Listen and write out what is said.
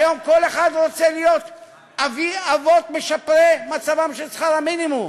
והיום כל אחד רוצה להיות אבי אבות משפרי המצב בשכר המינימום.